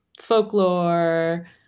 folklore